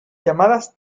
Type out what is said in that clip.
llamadas